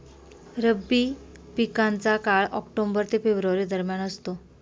रब्बी पिकांचा काळ ऑक्टोबर ते फेब्रुवारी दरम्यान असतो